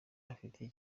afitiye